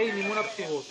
חברות וחברי הכנסת,